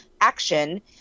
action